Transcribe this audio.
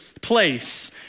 place